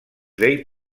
dei